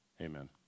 amen